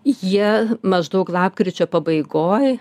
jie maždaug lapkričio pabaigoj